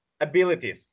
Abilities